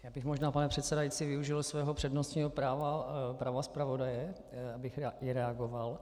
Já bych možná, pane předsedající, využil svého přednostního práva zpravodaje, abych i reagoval.